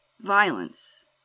violence